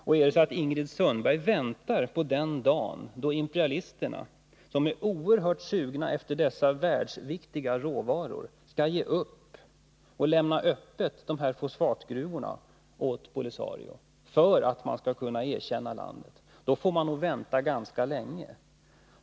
Om Ingrid Sundberg väntar på den dag då imperialisterna, som är oerhört sugna på att komma åt dessa världsviktiga råvaror, skall ge upp och lämna de här fosfatgruvorna öppna för Polisario för att landet skall kunna erkännas, då får hon nog vänta ganska länge.